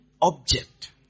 object